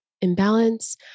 imbalance